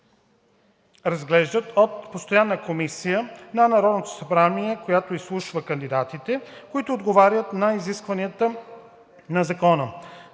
разглеждат от постоянна комисия на Народното събрание, която изслушва кандидатите, които отговарят на изискванията на закона,